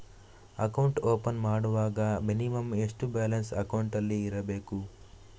Account open ಮಾಡುವಾಗ minimum ಎಷ್ಟು balance ಅಕೌಂಟಿನಲ್ಲಿ ಇರಬೇಕು?